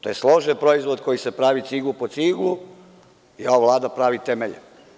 To je složen proizvod koji se pravi ciglu po ciglu i ova Vlada pravi temelje.